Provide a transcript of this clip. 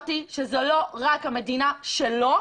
שזו לא רק המדינה שלו,